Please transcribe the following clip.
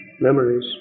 memories